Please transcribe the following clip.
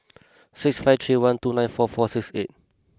six five three one two nine four four six eight